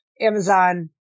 Amazon